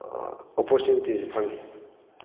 ꯑꯣꯄꯣꯔꯆꯨꯅꯤꯇꯤꯁꯤ ꯐꯪꯏ